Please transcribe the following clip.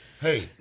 hey